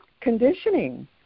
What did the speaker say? conditioning